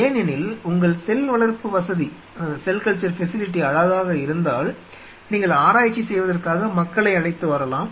ஏனெனில் உங்கள் செல் வளர்ப்பு வசதி அழகாக இருந்தால் நீங்கள் ஆராய்ச்சி செய்வதற்காக மக்களை அழைத்து வரலாம்